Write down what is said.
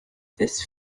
this